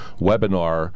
webinar